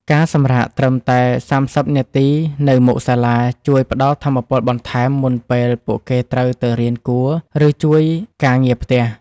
ការសម្រាកត្រឹមតែសាមសិបនាទីនៅមុខសាលាជួយផ្ដល់ថាមពលបន្ថែមមុនពេលពួកគេត្រូវទៅរៀនគួរឬជួយការងារផ្ទះ។